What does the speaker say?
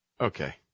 Okay